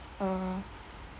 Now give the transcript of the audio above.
uh